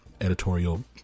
editorial